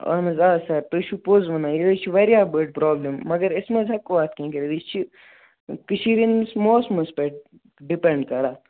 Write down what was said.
اَہَن حظ آ سَر تُہۍ چھُو پوٚز وَنان یہِ حظ چھِ وارِیاہ بٔڈ پرٛابلِم مگر أسۍ ما حظ ہٮ۪کو اَتھ کیٚنٛہہ کٔرِتھ یہِ چھِ کٔشیٖر ہٕنٛدِس موسمس پٮ۪ٹھ ڈِپٮ۪نٛڈ کَران